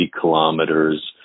kilometers